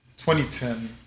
2010